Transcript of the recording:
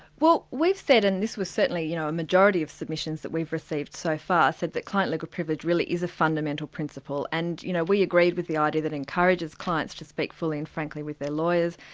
well we've said, and this was certainly you know a majority of submissions that we've received so far, said that client legal privilege really is a fundamental principle, and you know we agreed with the idea that encourages clients to speak fully and frankly with their lawyers,